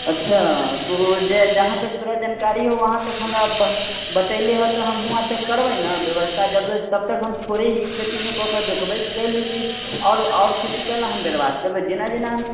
अच्छा तऽ ओ ज जहाँ तक तोरा जानकारी हौ वहाँतक हमरा ब बतैले हइ तऽ हम वहाँ तक करबै ने व्यवस्था जब तब तक हम थोड़े ही खेतीमे कऽ के देखबै कै लेल कि आओर आओर खेती किया लेल हम बर्बाद करबै जेना जेना हम